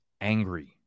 Angry